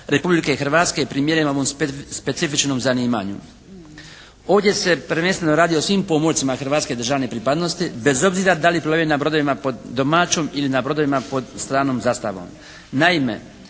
Hrvatske primjereno specifičnom zanimanju. Ovdje se prvenstveno radi o svim pomorcima hrvatske državne pripadnosti bez obzira da li plove na brodovima pod domaćom ili na brodovima pod stranom zastavom.